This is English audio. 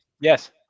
Yes